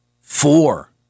four